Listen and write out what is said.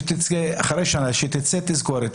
שאחרי שנה תצא תזכורת,